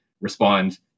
respond